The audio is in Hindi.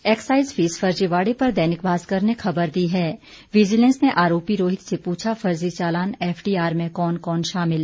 एक्साइज फीस फर्जीवाड़े पर दैनिक भास्कर ने ख़बर दी है विजिलेंस ने आरोपी रोहित से पूछा फर्जी चालान एफडीआर में कौन कौन शामिल